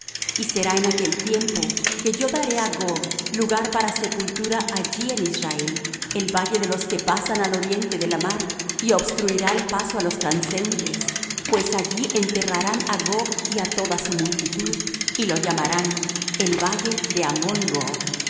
y será en aquel tiempo que yo daré á gog lugar para sepultura allí en israel el valle de los que pasan al oriente de la mar y obstruirá el paso á los transeuntes pues allí enterrarán á gog y á toda su multitud y lo llamarán el valle de